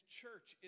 church